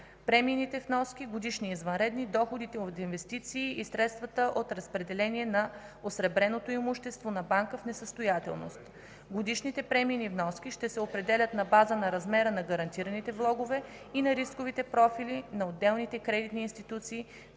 премийните вноски – годишни и извънредни, доходите от инвестиции и средствата от разпределение на осребреното имущество на банка в несъстоятелност. Годишните премийни вноски ще се определят на база на размера на гарантираните влогове и на степента на риска, поет от